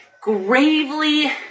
gravely